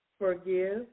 forgive